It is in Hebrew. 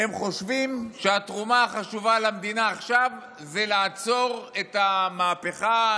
הם חושבים שהתרומה החשובה למדינה עכשיו זה לעצור את המהפכה,